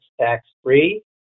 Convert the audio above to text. tax-free